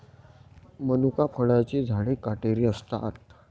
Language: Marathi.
मनुका फळांची झाडे काटेरी असतात